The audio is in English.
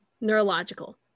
neurological